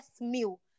meal